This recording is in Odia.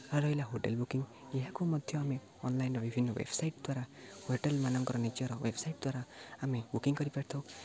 ଆଉ ରହିଲା ହୋଟେଲ୍ ବୁକିଂ ଏହାକୁ ମଧ୍ୟ ଆମେ ଅନଲାଇନ୍ର ବିଭିନ୍ନ ୱେବସାଇଟ୍ ଦ୍ୱାରା ହୋଟେଲ୍ମାନଙ୍କର ନିଜର ୱେବସାଇଟ୍ ଦ୍ୱାରା ଆମେ ବୁକିଂ କରିପାରିଥାଉ